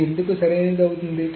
ఇది ఎందుకు సరైనది అవుతుంది